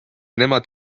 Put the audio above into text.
nemad